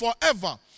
forever